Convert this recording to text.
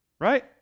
right